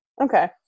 okay